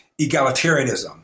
egalitarianism